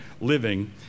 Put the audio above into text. living